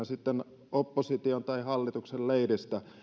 sitten opposition tai hallituksen leiristä